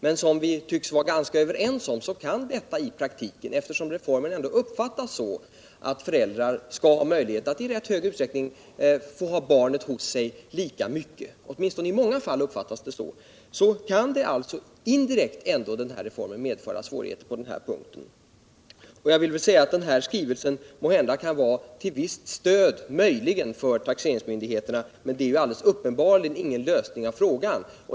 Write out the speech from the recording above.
Men som vi tycks vara ganska överens om kan detta i praktiken medföra svårigheter, eftersom reformen i många fall uppfattas så att föräldrarna skall ha möjlighet att i rätt stor utsträckning ha barnet hos sig lika mycket. Riksskatteverkets skrivelse kan måhända vara till visst stöd för taxeringsmyndigheterna, men den innebär uppenbarligen inte någon lösning av frågan.